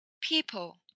People